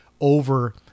over